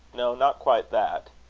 no, not quite that.